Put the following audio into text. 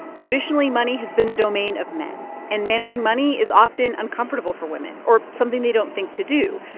traditionally, money has been the domain of men, and managing money is often uncomfortable for women or something they don't think to do.